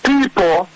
People